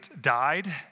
died